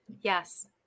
Yes